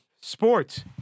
sports